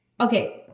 Okay